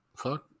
fuck